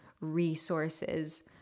resources